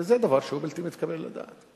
וזה דבר שהוא בלתי מתקבל על הדעת.